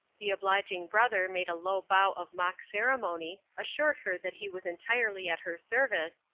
the obliging brother made a low bow of mock ceremony, assured her that he was entirely at her service,